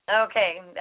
Okay